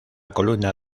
columna